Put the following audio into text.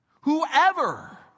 Whoever